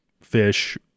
fish